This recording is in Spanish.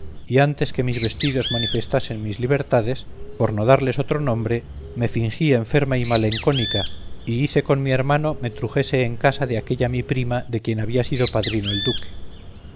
y antes que mis vestidos manifestasen mis libertades por no darles otro nombre me fingí enferma y melancólica y hice con mi hermano me trujese en casa de aquella mi prima de quien había sido padrino el duque